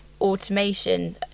automation